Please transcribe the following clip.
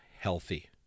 healthy